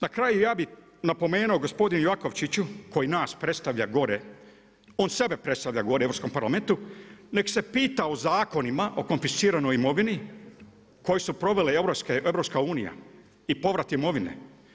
Na kraju, ja bi napomenuo, gospodine Jakovčiću, koji nas predstavlja gore, on sebe predstavlja gore u Europskom parlamentu, nek se pita u zakonima o konfisciranoj imovini koje su provele EU, i povrat imovine.